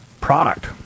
product